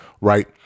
right